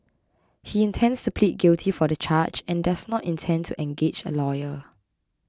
he intends to plead guilty for the charge and does not intend to engage a lawyer